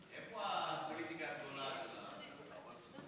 היא לא רוצה, איפה הפוליטיקה,